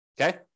okay